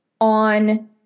on